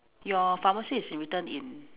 your pharmacy is written in